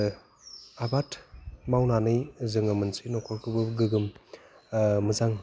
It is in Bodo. आबाद मावनानै जोङो मोनसे न'खरखौबो गोगोम मोजां